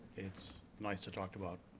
it's nice to talk about